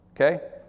Okay